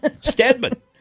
Stedman